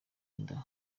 watewe